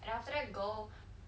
then after that girl